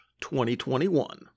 2021